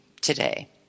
today